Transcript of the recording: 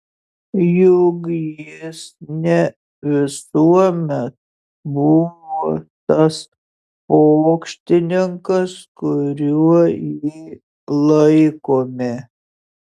juk jis ne visuomet buvo tas pokštininkas kuriuo jį laikome